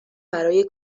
برای